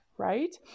Right